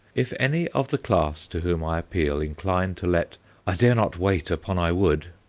if any of the class to whom i appeal incline to let i dare not wait upon i would,